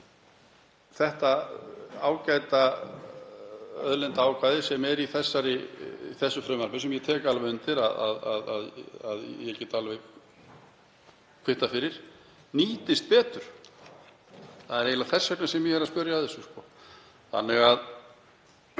þetta ágæta auðlindaákvæði, sem er í frumvarpinu, sem ég tek alveg undir að get alveg kvittað fyrir, nýtist betur. Það er eiginlega þess vegna sem ég er að spyrja að þessu. Þess